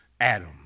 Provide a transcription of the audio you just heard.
Adam